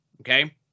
Okay